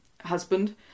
husband